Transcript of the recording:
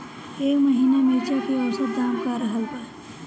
एह महीना मिर्चा के औसत दाम का रहल बा?